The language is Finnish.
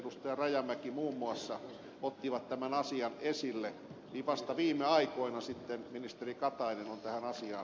rajamäki muun muassa ottivat tämän asian esille ministeri katainen on tähän asiaan puuttunut